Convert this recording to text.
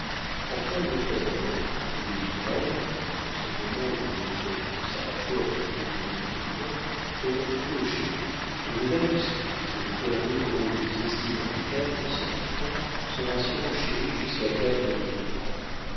enfin votre roman les libraires qui dans ce moment vous mettraient tous à la porte plus ou moins poliment feront queue chez vous et le manuscrit que le père doguereau vous estimerait quatre cents francs sera surenchéri jusqu'à